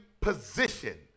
position